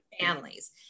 families